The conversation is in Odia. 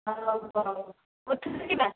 ହଉ ହଉ କେଉଁଠିକୁ ଯିବା